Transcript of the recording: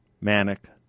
manic